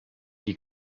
die